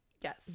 Yes